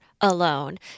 alone